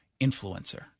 influencer